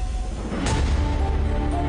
אגב, את התאורה אנחנו מתחזקים.